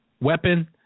weapon